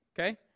Okay